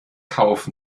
kauf